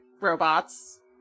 robots